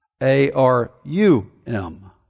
A-R-U-M